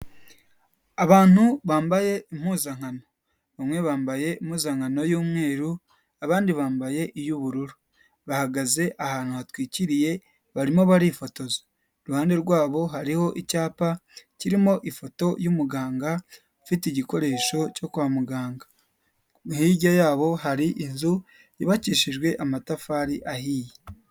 Abantu bambaye impuzankano, bamwe bambaye impuzankano y'umweru abandi bambaye iy'ubururu, bahagaze ahantu hatwikiriye barimo barifotoza, iruhande rwabo hariho icyapa kirimo ifoto y'umuganga ufite igikoresho cyo kwa mu muganga hirya yabo hari inzu yubakishijwe amatafari ahiye.